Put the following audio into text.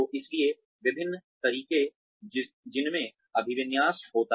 इसलिए विभिन्न तरीके जिनमें अभिविन्यास होता है